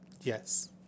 Yes